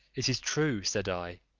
it is true, said i,